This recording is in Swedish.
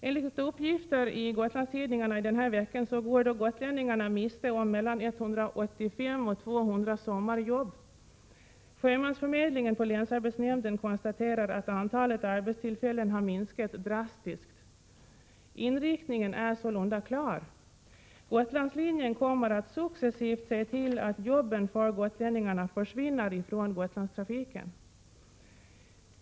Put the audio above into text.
Enligt uppgifter i Gotlandstidningarna den här veckan går gotlänningarna miste om mellan 185 och 200 sommarjobb. Sjömansförmedlingen på Prot. 1987/88:111 länsarbetsnämnden konstaterar att antalet arbetstillfällen har minskat dras 29 april 1988 tiskt. Inriktningen är sålunda klar. Gotlandslinjen kommer att successivt se till att jobben för gotlänningarna försvinner från Gotlandstrafiken.